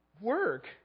work